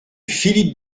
philippe